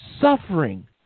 suffering